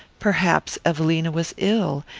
perhaps evelina was ill,